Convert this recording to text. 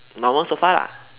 normal sofa lah